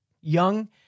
young